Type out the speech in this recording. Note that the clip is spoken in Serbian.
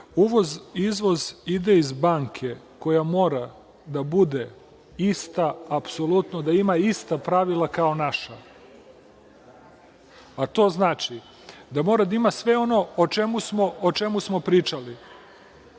uvoz – izvoz, ide iz banke koja mora da bude ista, apsolutno da ima ista pravila kao naša, a to znači da mora da ima sve ono o čemu smo pričali,